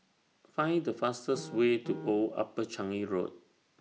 Find The fastest Way to Old Upper Road